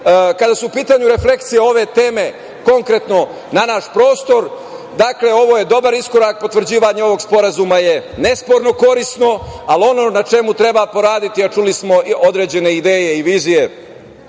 su u pitanju refleksije ove teme, konkretno na naš prostor, ovo je dobar iskorak, potvrđivanje ovog sporazuma je nesporno korisno, ali ono na čemu treba poraditi, a čuli smo određene ideje i vizije